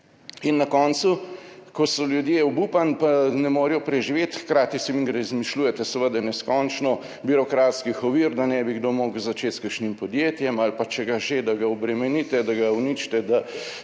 In na koncu, ko so ljudje obupani pa ne morejo preživeti, hkrati si mi izmišljujete seveda neskončno birokratskih ovir, da ne bi kdo mogel začeti s kakšnim podjetjem ali pa, če ga že, da ga obremenite, da ga uničite, da